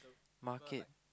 market